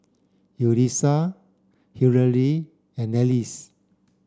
Yulisa Hillery and Acie